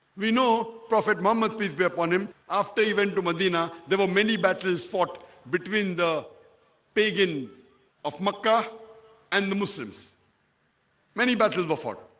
we know prophet muhammad peace be upon him after he went to medina. there were many battles fought between the pagans of makkah and the muslims many battles before